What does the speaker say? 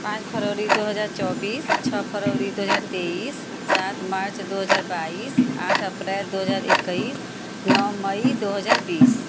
पाँच फरवरी दो हज़ार चौबीस छः फरवरी दो हज़ार तेइस सात मार्च दो हज़ार बाइस आठ अप्रैल दो हज़ार एक्कीस नौ मई दो हज़ार बीस